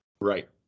Right